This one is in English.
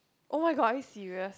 [oh]-my-god are you serious